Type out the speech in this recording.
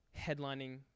headlining